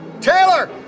Taylor